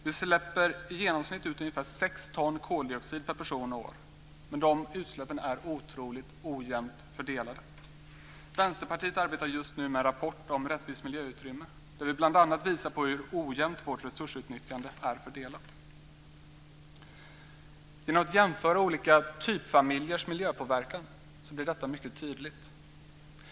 Vi släpper i genomsnitt ut ungefär sex ton koldioxid per person och år, men de utsläppen är otroligt ojämnt fördelade. Vänsterpartiet arbetar just nu med en rapport om rättvist miljöutrymme där vi bl.a. visar hur ojämnt vårt resursutnyttjande är fördelat. Genom att jämföra olika typfamiljers miljöpåverkan blir detta mycket tydligt.